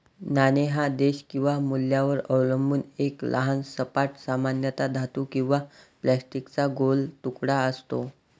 नाणे हा देश किंवा मूल्यावर अवलंबून एक लहान सपाट, सामान्यतः धातू किंवा प्लास्टिकचा गोल तुकडा असतो